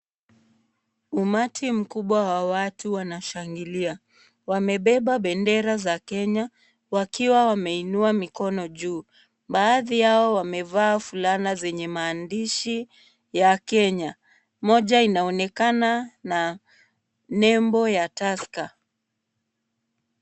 Umati mkubwa wa watu wanashangilia. Wamebeba bendera za Kenya wakiwa wameinua mikono juu. Baadhi yao wamevaa fulana zenye maandishi ya Kenya. Moja inaonekana na nembo ya Tusker.